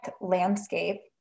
landscape